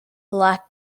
lack